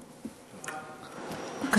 שמעתי.